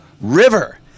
river